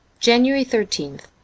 january thirteenth